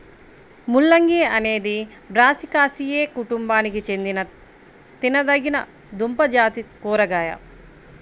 ముల్లంగి అనేది బ్రాసికాసియే కుటుంబానికి చెందిన తినదగిన దుంపజాతి కూరగాయ